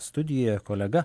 studijoje kolega